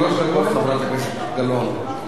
שלוש דקות, חברת הכנסת גלאון.